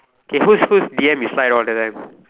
okay whose whose D_M you slide all the time